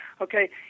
Okay